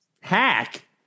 Hack